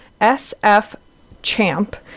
SFCHAMP